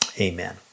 amen